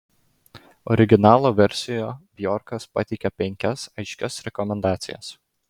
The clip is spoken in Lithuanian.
originalo versijoje bjorkas pateikia penkias aiškias rekomendacijas